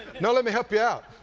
no, let me help you out.